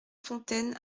fontaine